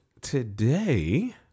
today